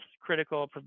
critical